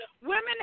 Women